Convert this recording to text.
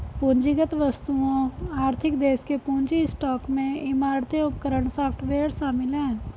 पूंजीगत वस्तुओं आर्थिक देश के पूंजी स्टॉक में इमारतें उपकरण सॉफ्टवेयर शामिल हैं